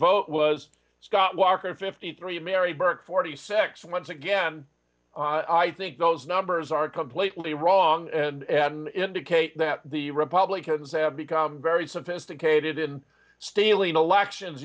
vote was scott walker fifty three mary burke forty six once again i think those numbers are completely wrong and indicate that the republicans have become very sophisticated in stealing elections